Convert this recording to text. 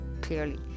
clearly